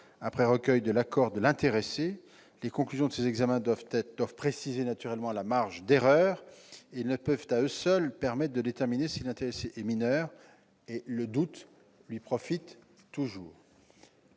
après recueil de l'accord de l'intéressé ; les conclusions de ces examens doivent préciser la marge d'erreur et ne peuvent, à eux seuls, permettre de déterminer si l'intéressé est mineur, et le doute lui profite toujours.